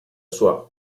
sua